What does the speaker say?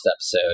episode